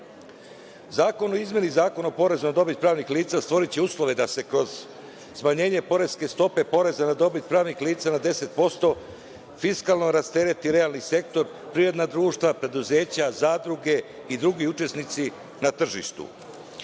o izmeni i Zakon o porezu na dobit pravnih lica stvoriće uslove da se kroz smanjenje poreske stope poreza na dobit pravnih lica na 10% fiskalno rastereti realni sektor, privredna društva, preduzeća, zadruge i drugi učesnici na tržištu.